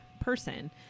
person